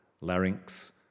larynx